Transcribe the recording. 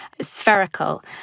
spherical